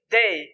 day